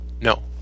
No